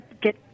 get